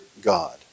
God